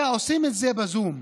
ועושים את זה בזום.